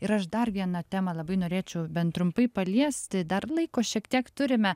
ir aš dar vieną temą labai norėčiau bent trumpai paliesti dar laiko šiek tiek turime